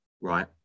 Right